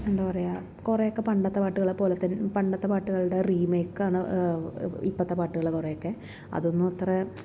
എന്താ പറയുക കുറെ ഒക്കെ പണ്ടത്തെ പാട്ടുകളെ പോലെ തൻ പണ്ടത്തെ പാട്ടുകളുടെ റീമേക്കാണ് ഇപ്പത്തെ പാട്ടുകള് കുറെയൊക്കെ അതൊന്നും അത്ര